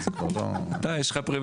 אז ה כבר לא --- לך יש פריבילגיה,